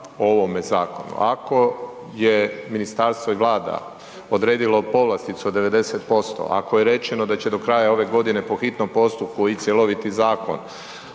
ovome zakonu, ako je ministarstvo i vlada odredilo povlasticu od 90%, ako je rečeno da će do kraja ove godine po hitnom postupku ići cjeloviti zakon,